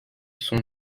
son